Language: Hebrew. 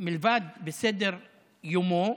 מלבד בסדר-יומו,